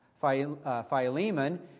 Philemon